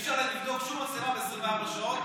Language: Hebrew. אי-אפשר לבדוק שום מצלמה ב-24 שעות.